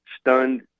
stunned